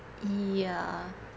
ya